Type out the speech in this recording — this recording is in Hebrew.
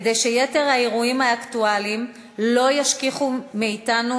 כדי שיתר האירועים האקטואליים לא ישכיחו מאתנו,